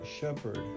shepherd